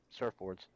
surfboards